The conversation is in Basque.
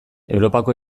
europako